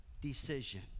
decision